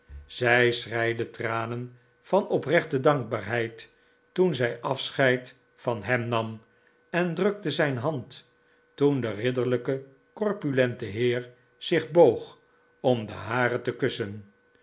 zij schreide tranen van oprechte dankbaarheid toen zij afscheid van hem nam en drukte zijn hand toen de ridderlijke corpulente heer zich boog om de hare te kussen